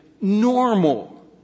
normal